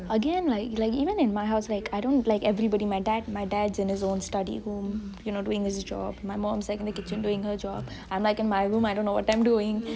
again like even in my house I don't like everybody my dad is in his studyroom you know doing his job my mum's in the kitchen doing her job I'm in my room I don't know what I'm doing